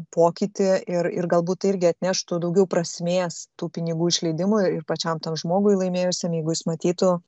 pokytį ir ir galbūt irgi atneštų daugiau prasmės tų pinigų išleidimui ir pačiam tam žmogui laimėjusiam jeigu jis matytų